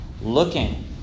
looking